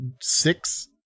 six